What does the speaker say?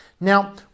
Now